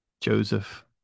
Joseph